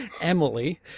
Emily